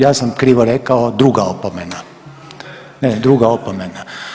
Ja sam krivo rekao, druga opomena … [[Upadica se ne razumije.]] ne, druga opomena.